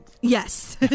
Yes